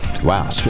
Wow